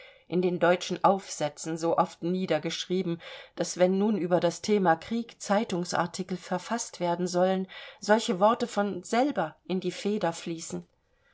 in den deutschen aufsätzen so oft niedergeschrieben daß wenn nun über das thema krieg zeitungsartikel verfaßt werden sollen solche worte von selber in die feder fließen